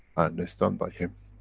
and they stand by him.